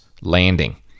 landing